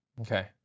Okay